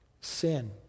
Sin